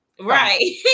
Right